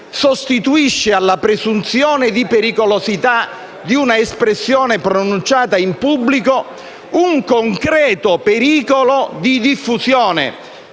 sostituisce alla presunzione di pericolosità di un'espressione pronunciata in pubblico un «concreto pericolo di diffusione».